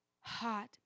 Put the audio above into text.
hot